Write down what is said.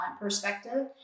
perspective